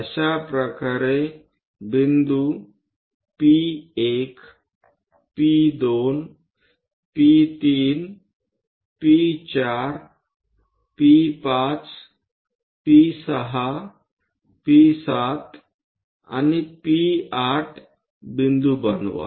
अशा प्रकारे बिंदू P1 P2 P3 P4 P5 P6 P7 आणि P8 बिंदू बनवा